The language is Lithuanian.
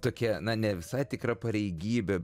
tokia na ne visai tikra pareigybė